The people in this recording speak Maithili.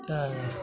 तऽ